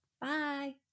Bye